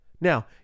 Now